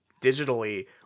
digitally